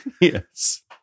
Yes